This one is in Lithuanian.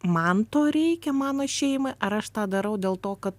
man to reikia mano šeimai ar aš tą darau dėl to kad